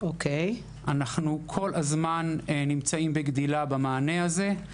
אנחנו כל הזמן נמצאים בגדילה במענה הזה.